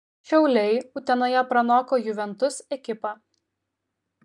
šiauliai utenoje pranoko juventus ekipą